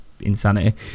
insanity